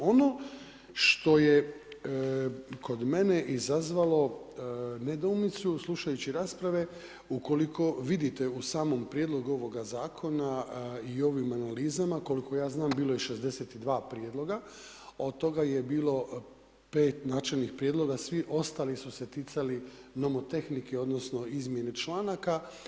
Ono što je kod mene izazvalo nedoumicu slušajući rasprave ukoliko vidite u samom prijedlogu ovoga zakona i ovim analizama, koliko ja znam bilo je 62 prijedloga, od toga je bilo 5 načelnih prijedloga, svi ostali su se ticali nomotehnike, odnosno izmjene članaka.